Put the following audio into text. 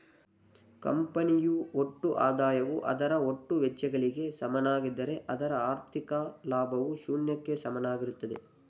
ಕಂಪನಿಯು ಒಟ್ಟು ಆದಾಯವು ಅದರ ಒಟ್ಟು ವೆಚ್ಚಗಳಿಗೆ ಸಮನಾಗಿದ್ದ್ರೆ ಅದರ ಹಾಥಿ೯ಕ ಲಾಭವು ಶೂನ್ಯಕ್ಕೆ ಸಮನಾಗಿರುತ್ತದೆ